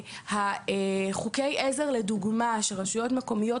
שחוקי עזר לדוגמה שרשויות מקומיות